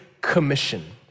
Commission